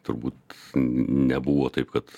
turbūt nebuvo taip kad